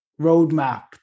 roadmap